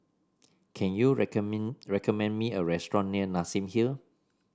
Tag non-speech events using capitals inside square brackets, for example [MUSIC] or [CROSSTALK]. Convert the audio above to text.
can you [UNINTELLIGIBLE] recommend me a restaurant near Nassim Hill